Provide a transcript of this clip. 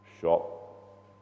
shop